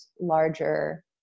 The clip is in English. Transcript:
larger